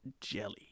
jelly